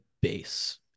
base